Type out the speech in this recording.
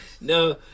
no